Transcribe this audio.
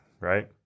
right